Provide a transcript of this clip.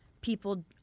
people